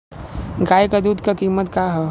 गाय क दूध क कीमत का हैं?